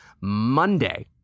Monday